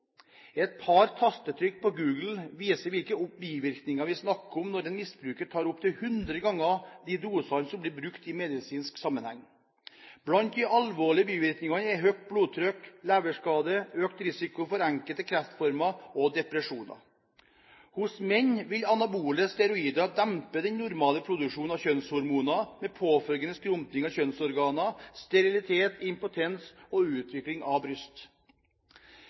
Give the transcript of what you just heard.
Et par tastetrykk på Google viser hvilke bivirkninger vi snakker om når en misbruker tar opp til hundre ganger de dosene som blir brukt i medisinsk sammenheng. Blant de alvorlige bivirkningene er høyt blodtrykk, leverskade, økt risiko for enkelte kreftformer og depresjoner. Hos menn vil anabole steroider dempe den normale produksjonen av kjønnshormoner, med påfølgende skrumpning av kjønnsorganer, sterilitet, impotens og utvikling av